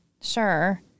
Sure